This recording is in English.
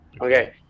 Okay